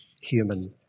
human